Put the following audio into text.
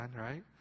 right